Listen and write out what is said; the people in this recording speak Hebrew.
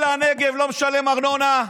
כל הנגב לא משלם ארנונה,